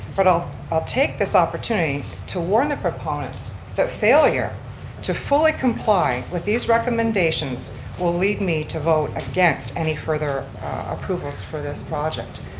but i'll i'll take this opportunity to warn the proponents that failure to fully comply with these recommendations will leave me to vote against any further approvals for this project.